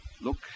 look